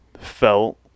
felt